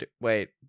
wait